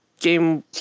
game